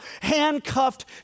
handcuffed